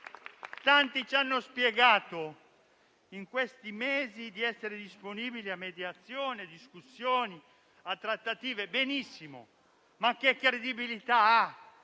Tanti ci hanno spiegato in questi mesi di essere disponibili a mediazioni, a discussioni e a trattative. Benissimo: che credibilità ha